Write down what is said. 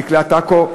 דקלה טקו,